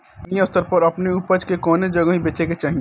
स्थानीय स्तर पर अपने ऊपज के कवने जगही बेचे के चाही?